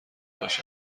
باشد